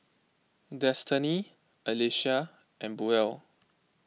Destany Alecia and Buell